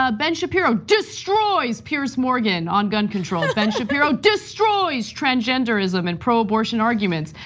ah ben shapiro destroys piers morgan on gun control. ben shapiro destroys transgenderism and pro-abortion arguments.